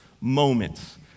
moments